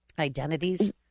Identities